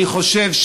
אני חושב,